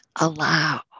allow